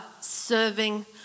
serving